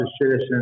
citizens